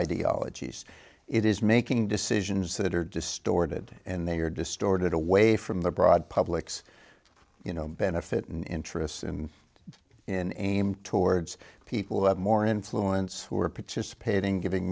ideologies it is making decisions that are distorted and they are distorted away from the broad public's you know benefit and interests and in aim towards people who have more influence who are participating giving